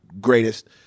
greatest